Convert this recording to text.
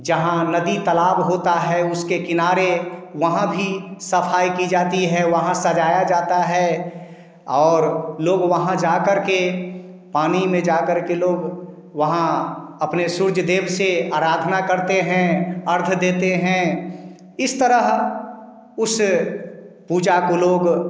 जहाँ नदी तालाब होता है उसके किनारे वहाँ भी सफ़ाई की जाती है वहाँ सजाया जाता है और लोग वहाँ जाकर के पानी में जाकर के लोग वहाँ अपने सूर्य देव से आराधना करते हैं अर्घ देतें हैं इस तरह उस पूजा को लोग